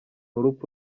urupfu